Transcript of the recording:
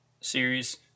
series